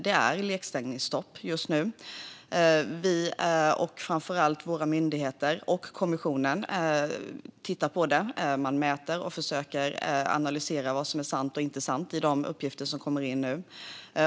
Det är lekstängningsstopp just nu. Framför allt våra myndigheter och kommissionen tittar på detta, mäter och analyserar vad som är sant och inte sant i de uppgifter som kommer in.